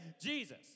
Jesus